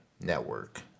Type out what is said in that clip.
Network